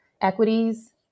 equities